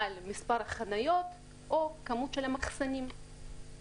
על מספר החינות או כמות המחסנים.